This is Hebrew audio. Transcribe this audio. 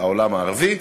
העולם הערבי,